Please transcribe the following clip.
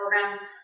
programs